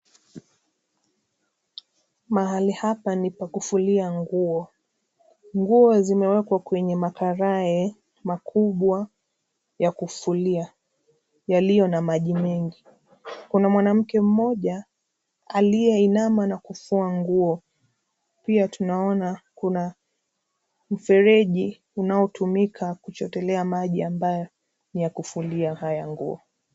Mahali hapa ni pa kufulia nguo. Nguo zimewekwa kwenye makarae makubwa ya kufulia, yaliyo na maji mingi. Kuna mwanamuke mmoja, aliye inama na kufua nguo, pia tunaona kuna mfereji unaotumika kuchotelea maji ambaye ni ya kufulia haya nguo.